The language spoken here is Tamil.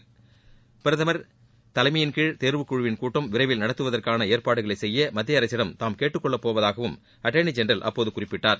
மேலும் பிரதமர் தலைமையின்கீழ் தேர்வுக்குழுவின் கூட்டம் விரைவில் நடத்துவதற்கான ஏற்பாடுகளை செய்ய மத்திய அரசிடம் தாம் கேட்டுக்கொள்ளப்போவதாகவும் அட்டர்னி ஜென்ரல் அப்போது குறிப்பிட்டார்